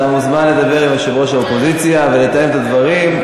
אתה מוזמן לדבר עם יושב-ראש האופוזיציה ולתאם את הדברים.